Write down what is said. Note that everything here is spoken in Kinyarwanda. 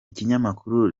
ikinyamakuru